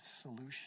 solution